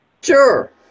Sure